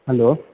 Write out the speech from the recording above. hello